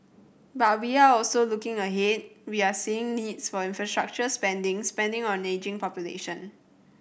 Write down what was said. but we are also looking ahead we are seeing needs for infrastructure spending spending on ageing population